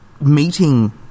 meeting